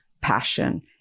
passion